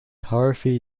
harvey